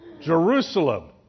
Jerusalem